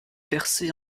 percée